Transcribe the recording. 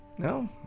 No